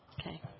Okay